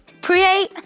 Create